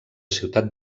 ciutat